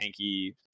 tanky